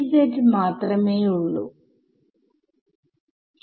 അടുത്ത term minus 2 ആവും അതായത് n1